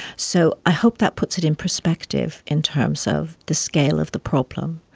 so i hope that puts it in perspective in terms of the scale of the problem.